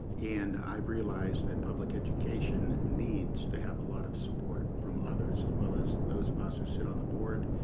and i've realized that public education needs to have a lot of support from others as well as those of us who sit on the board,